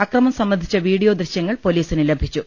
അക്രമം സംബന്ധിച്ച വീഡിയോ ദൃശ്യങ്ങൾ പൊലീസിന് ലഭിച്ചു